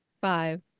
five